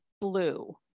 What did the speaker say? blue